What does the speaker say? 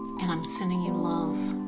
and i'm sending you love.